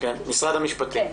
נציגת משרד המשפטים,